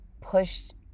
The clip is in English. pushed